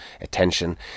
attention